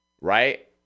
right